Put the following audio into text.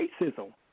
racism